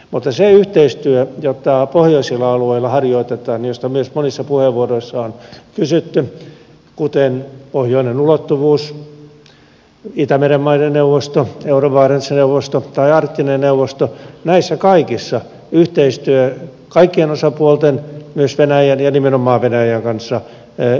mutta se yhteistyö jota pohjoisilla alueilla harjoitetaan ja josta myös monissa puheenvuoroissa on kysytty kuten pohjoinen ulottuvuus itämeren maiden neuvosto euro barents neuvosto tai arktinen neuvosto näissä kaikissa yhteistyö kaikkien osapuolten myös venäjän ja nimenomaan venäjän kanssa sujuu hyvin